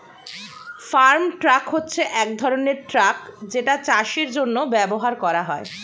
farm truck হচ্ছে এক ধরনের ট্রাক যেটা চাষের জন্য ব্যবহার করা হয়